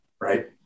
right